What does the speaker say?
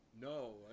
No